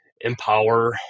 empower